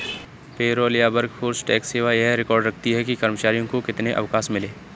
payroll या workforce tax सेवा यह रिकॉर्ड रखती है कि कर्मचारियों को कितने अवकाश मिले